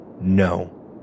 No